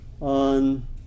on